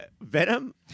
venom